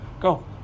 Go